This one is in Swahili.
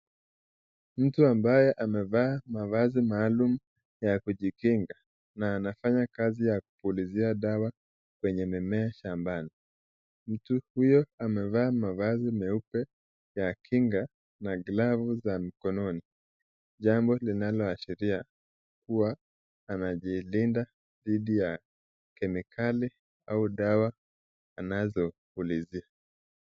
Mtu ambaye amevaa mavazi maalum ya kukinga na anafanya kazi ya kupulizia dawa kwenye mimea shambani . Mtu huyo amevaa mavazi meupe ya kinga na Glavu za mkononi . Jambo linalo ashiria kuwa anajilinda didhi ya kemikali au dawa anazo pulizia.